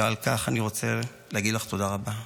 ועל כך אני רוצה להגיד לך תודה רבה.